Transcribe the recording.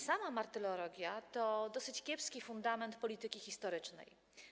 Sama martyrologia to dosyć kiepski fundament polityki historycznej.